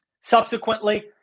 Subsequently